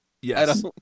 yes